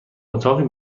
اتاقی